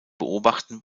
beobachten